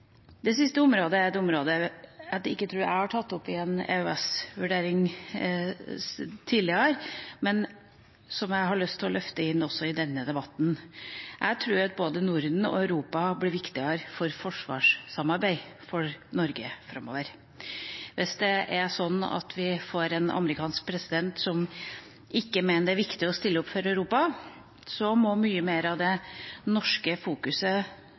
Det siste er et område jeg ikke tror jeg har tatt opp i en EØS-vurdering tidligere, men som jeg har lyst til å løfte inn i denne debatten. Jeg tror at både Norden og Europa blir viktigere for Norge i forsvarssamarbeidet framover. Hvis vi får en amerikansk president som ikke mener det er viktig å stille opp for Europa, må mye mer av det norske fokuset